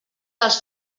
dels